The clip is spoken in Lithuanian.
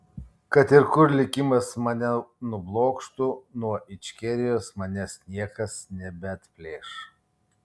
kad ir kur likimas mane nublokštų nuo ičkerijos manęs niekas nebeatplėš